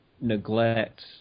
neglect